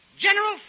General